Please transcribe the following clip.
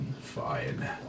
fine